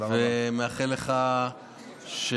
אני מאחל לך שתיהנה